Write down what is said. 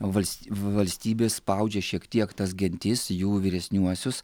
vals valstybė spaudžia šiek tiek tas gentis jų vyresniuosius